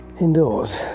indoors